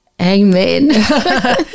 Amen